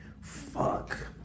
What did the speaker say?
Fuck